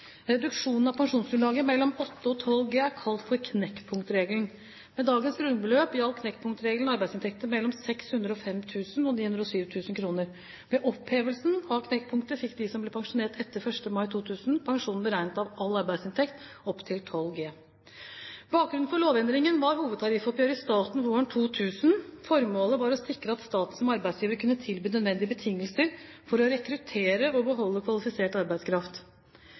Reduksjonen av pensjonsgrunnlaget mellom 8 og 12 G er kalt for knekkpunktregelen. Med dagens grunnbeløp gjaldt knekkpunktregelen arbeidsinntekter mellom 605 000 og 907 000 kr. Ved opphevelsen av knekkpunktet fikk de som ble pensjonert etter 1. mai 2000, pensjonen beregnet av all arbeidsinntekt opptil 12 G. Bakgrunnen for lovendringen var hovedtariffoppgjøret i staten våren 2000. Formålet var å sikre at staten som arbeidsgiver kunne tilby nødvendige betingelser for å rekruttere og beholde kvalifisert arbeidskraft.